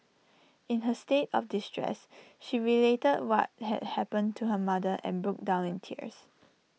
in her state of distress she related what had happened to her mother and broke down in tears